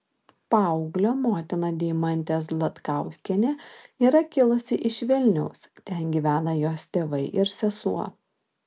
paauglio motina deimantė zlatkauskienė yra kilusi iš vilniaus ten gyvena jos tėvai ir sesuo